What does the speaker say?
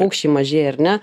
paukščiai mažėja ar ne